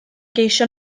geisio